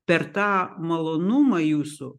per tą malonumą jūsų